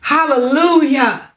Hallelujah